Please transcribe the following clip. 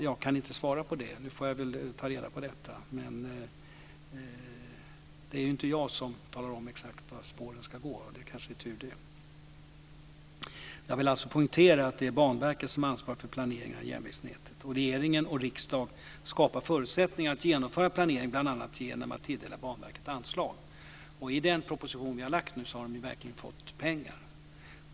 Jag får väl ta reda på detta. Det är ju inte jag som talar om exakt var spåren ska gå, och det är kanske tur att så inte är fallet. Jag vill poängtera att det är Banverket som har ansvaret för planeringen av järnvägsnätet. Regering och riksdag skapar förutsättningar för att genomföra planering bl.a. genom att tilldela Banverket anslag. I den proposition som vi nu har lagt fram har man verkligen fått pengar.